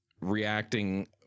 reacting